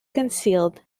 concealed